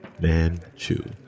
Manchu